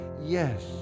Yes